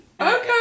okay